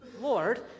Lord